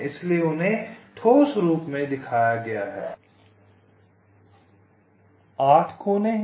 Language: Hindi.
इसलिए 8 कोने हैं